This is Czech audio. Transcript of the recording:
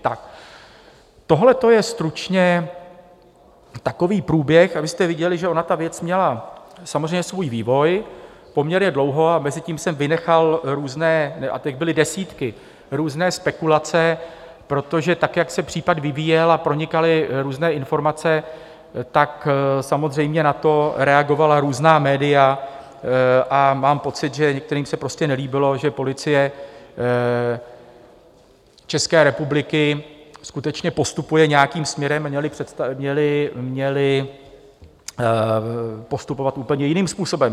Tak, tohle je stručně průběh, abyste viděli, že ona ta věc měla samozřejmě svůj vývoj poměrně dlouho, a mezitím jsem vynechal různé a těch byly desítky spekulace, protože tak, jak se případ vyvíjel a pronikaly různé informace, tak samozřejmě na to reagovala různá média, a mám pocit, že některým se prostě nelíbilo, že Policie České republiky skutečně postupuje nějakým směrem a měla podle nich postupovat úplně jiným způsobem.